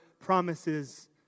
promises